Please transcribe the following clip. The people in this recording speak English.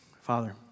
Father